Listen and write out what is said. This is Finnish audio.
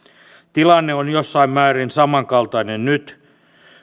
tilanne on jossain määrin samankaltainen nyt